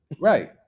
Right